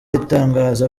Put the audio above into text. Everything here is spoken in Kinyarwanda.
itangaza